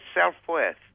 self-worth